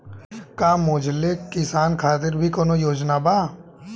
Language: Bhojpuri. का मझोले किसान खातिर भी कौनो योजना बा?